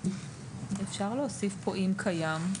אפשר להוסיף פה: "אם קיים",